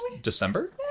December